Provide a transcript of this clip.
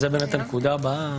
זו הנקודה הבאה.